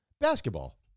Basketball